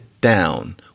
down